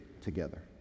together